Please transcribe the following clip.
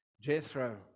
Jethro